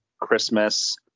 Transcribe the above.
Christmas